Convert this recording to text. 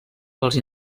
pels